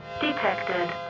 detected